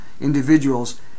individuals